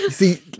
See